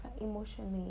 emotionally